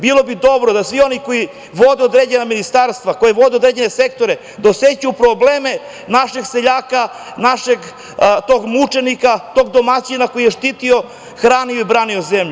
Bilo bi dobro da svi oni koji vode određena ministarstva, koji vode određene sektore, da osećaju probleme naših seljaka, tog našeg mučenika, tog domaćina koji je štitio, hranio i branio zemlju.